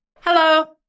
Hello